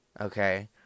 Okay